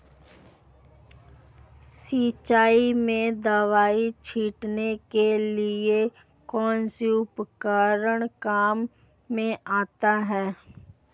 फसल में दवाई छिड़काव के लिए कौनसा उपकरण काम में आता है?